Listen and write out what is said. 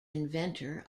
inventor